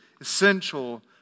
essential